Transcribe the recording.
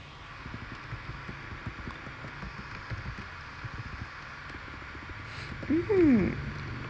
mm